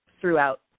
throughout